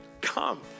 Come